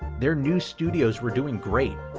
their new studios were doing great.